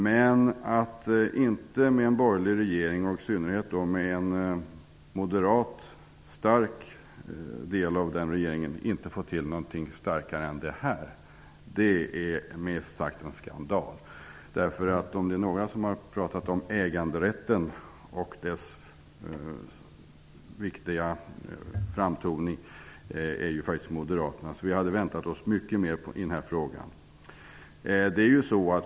Men att en borgerlig regering, och då i synnerhet en med ett starkt moderat inflytande, inte får till någonting starkare än det här är minst sagt en skandal. Om det är några som har talat om äganderätten och betonat att den är viktig så är det moderaterna. Vi hade väntat oss mycket mer i den här frågan.